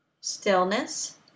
stillness